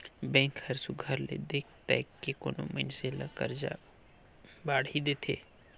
bank हर सुग्घर ले देख ताएक के कोनो मइनसे ल करजा बाड़ही देथे